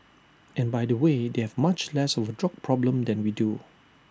and by the way they have much less of drug problem than we do